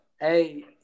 Hey